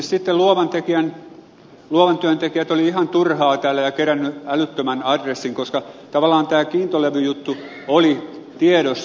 ilmeisesti sitten luovan työn tekijät olivat ihan turhaan täällä ja olivat keränneet älyttömän adressin koska tavallaan tämä kiintolevyjuttu oli tiedossa